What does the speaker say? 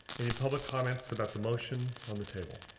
any public comments about the motion on the table.